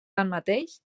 tanmateix